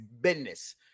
business